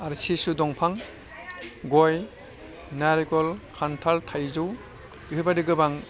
आरो चिसु दंफां गय नारेंखल खान्थाल थायजौ बेफोरबादि गोबां